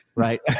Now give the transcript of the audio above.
Right